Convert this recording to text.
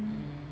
mm